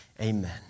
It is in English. Amen